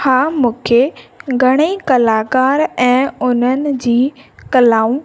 हा मूंखे घणेई कलाकार ऐं उन्हनि जी कलाऊं